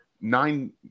nine